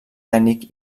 tècnic